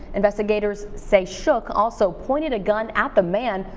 investigators say shook also pointed a gun at the man,